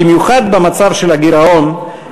במיוחד במצב של הגירעון,